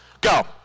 Go